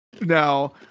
now